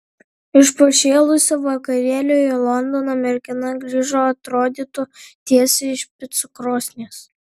iš pašėlusio vakarėlio į londoną mergina grįžo atrodytų tiesiai iš picų krosnies